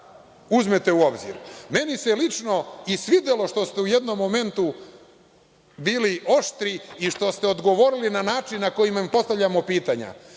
uzmete u obzir. Meni se lično i svidelo što ste u jednom momentu bili oštri i što ste odgovorili na način na koji vam postavljamo pitanja.